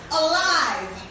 alive